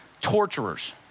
torturers